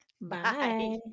Bye